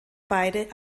beide